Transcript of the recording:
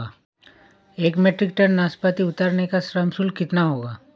एक metric ton नाशपाती उतारने का श्रम शुल्क कितना होगा?